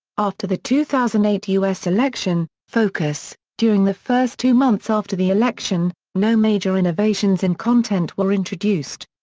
after the two thousand and eight u s. election focus during the first two months after the election, no major innovations in content were introduced.